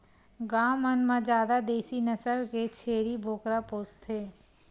गाँव मन म जादा देसी नसल के छेरी बोकरा पोसथे